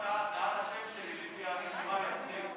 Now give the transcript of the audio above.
שקפצת מעל השם שלי, לפי הרשימה אצלי.